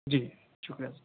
جی شکریہ